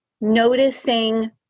noticing